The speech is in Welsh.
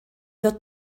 ddod